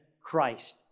Christ